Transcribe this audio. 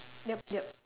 yup yup